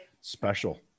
special